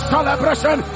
Celebration